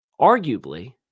arguably